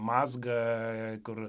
mazgą kur